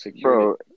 bro